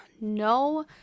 no